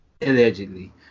allegedly